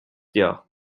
dir